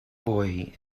boy